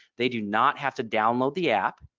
they do not have to download the app.